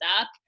up